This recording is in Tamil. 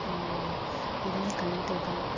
நிறைய கல்வித்தொகை